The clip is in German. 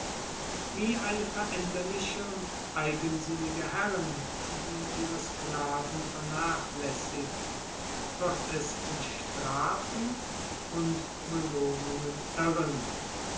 wie eine veränderliche und eigensinnige herrin die ihre sklaven vernachlässigt wird es in strafen und belohnungen irren